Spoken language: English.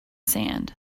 sand